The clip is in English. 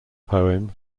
poem